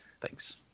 Thanks